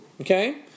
okay